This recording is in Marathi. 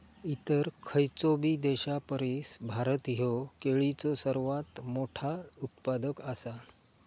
इतर खयचोबी देशापरिस भारत ह्यो केळीचो सर्वात मोठा उत्पादक आसा